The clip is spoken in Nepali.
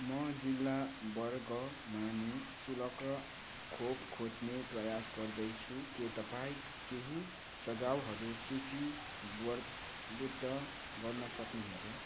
म जिल्ला वर्गमा निशुल्क खोप खोज्ने प्रयास गर्दैछु के तपाईँँ केही सुझाउहरू सूचीबर बद्ध गर्न सक्नुहुन्छ